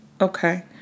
Okay